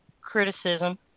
criticism